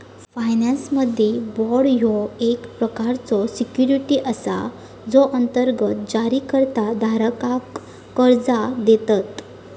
फायनान्समध्ये, बाँड ह्यो एक प्रकारचो सिक्युरिटी असा जो अंतर्गत जारीकर्ता धारकाक कर्जा देतत